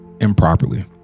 improperly